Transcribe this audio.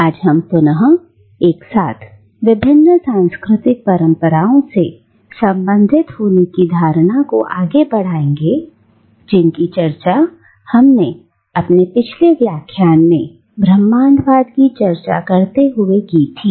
आज हम पुनः एक साथ विभिन्न सांस्कृतिक परंपराओं से संबंधित होने की धारणा को आगे बढ़ाएंगे जिनकी चर्चा हमने अपने पिछले व्याख्यान में ब्रह्माण्डवाद की चर्चा करते हुए की थी